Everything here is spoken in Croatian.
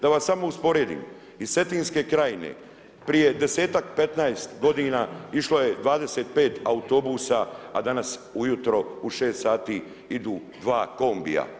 Da vas samo usporedim, iz Cetinske krajine, prije 10-tak, 15 godina, išlo je 25 autobusa, a danas ujutro u 6 sati, idu 2 kombija.